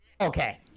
okay